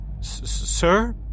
Sir